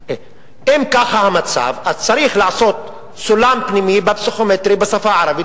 כי אין להם מספיק כסף או להורים שלהם אין מספיק כסף.